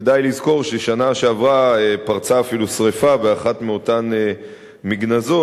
כדאי לזכור שבשנה שעברה אפילו פרצה שרפה באחת מאותן מגנזות,